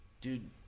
dude